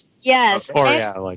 Yes